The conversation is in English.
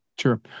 Sure